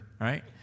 right